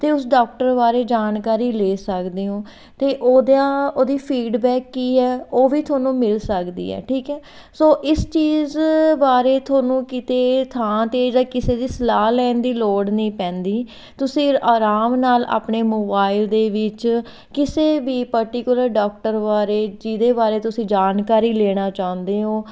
ਅਤੇ ਉਸ ਡਾਕਟਰ ਬਾਰੇ ਜਾਣਕਾਰੀ ਲੈ ਸਕਦੇ ਹੋ ਅਤੇ ਉਹਦਾ ਉਹਦੀ ਫੀਡਬੈਕ ਕੀ ਹੈ ਉਹ ਵੀ ਤੁਹਾਨੂੰ ਮਿਲ ਸਕਦੀ ਹੈ ਠੀਕ ਹੈ ਸੋ ਇਸ ਚੀਜ਼ ਬਾਰੇ ਤੁਹਾਨੂੰ ਕਿਤੇ ਥਾਂ 'ਤੇ ਜਾਂ ਕਿਸੇ ਦੀ ਸਲਾਹ ਲੈਣ ਦੀ ਲੋੜ ਨਹੀਂ ਪੈਂਦੀ ਤੁਸੀਂ ਆਰਾਮ ਨਾਲ ਆਪਣੇ ਮੋਬਾਇਲ ਦੇ ਵਿੱਚ ਕਿਸੇ ਵੀ ਪਰਟੀਕੁਲਰ ਡਾਕਟਰ ਬਾਰੇ ਜਿਹਦੇ ਬਾਰੇ ਤੁਸੀਂ ਜਾਣਕਾਰੀ ਲੈਣਾ ਚਾਹੁੰਦੇ ਹੋ